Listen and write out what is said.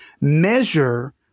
measure